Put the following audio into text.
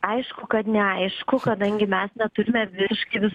aišku kad neaišku kadangi mes neturime virškirs